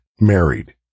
married